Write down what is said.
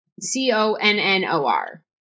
C-O-N-N-O-R